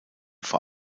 vor